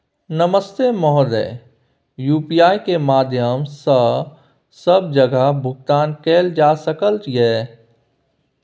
नमस्ते महोदय, यु.पी.आई के माध्यम सं सब जगह भुगतान कैल जाए सकल ये?